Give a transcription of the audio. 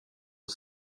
och